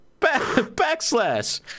backslash